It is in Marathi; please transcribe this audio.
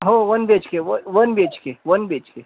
हो वन बी एच के व one B H K one B H के